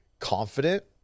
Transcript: confident